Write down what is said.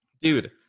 Dude